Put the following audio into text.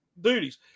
duties